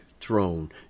throne